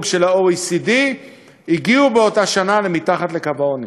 של ה-OECD הגיעו באותה שנה מתחת לקו העוני.